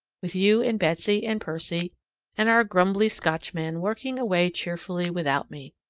with you and betsy and percy and our grumbly scotchman working away cheerfully without me.